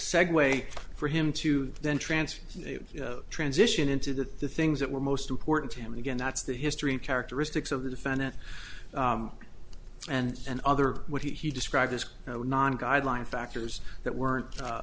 segue for him to then transfer transition into that the things that were most important to him again that's the history of characteristics of the defendant and other what he described as you know non guideline factors that weren't